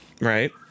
right